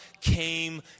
came